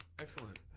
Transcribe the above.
Excellent